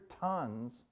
tons